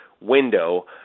window